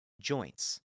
joints